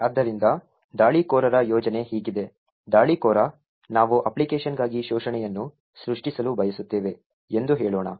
ಆದ್ದರಿಂದ ದಾಳಿಕೋರರ ಯೋಜನೆ ಹೀಗಿದೆ ದಾಳಿಕೋರ ನಾವು ಅಪ್ಲಿಕೇಶನ್ಗಾಗಿ ಶೋಷಣೆಯನ್ನು ಸೃಷ್ಟಿಸಲು ಬಯಸುತ್ತೇವೆ ಎಂದು ಹೇಳೋಣ